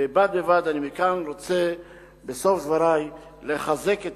ובד בבד אני מכאן רוצה בסוף דברי לחזק את